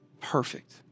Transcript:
perfect